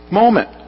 moment